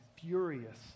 furious